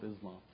Islam